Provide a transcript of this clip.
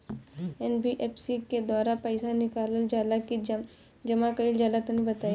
NBFC के द्वारा पईसा निकालल जला की जमा कइल जला तनि बताई?